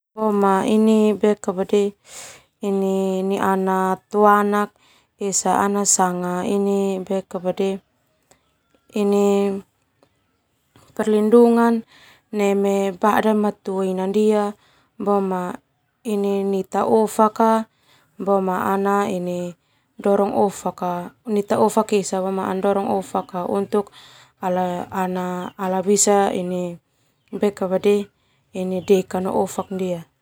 Boma ni'iana toanak esa sanga ini perlindungan neme bada matua ina ndia nita ofak esa boma ana dorong ofak untuk ala bisa ini deka no ofak ndia.